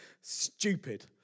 stupid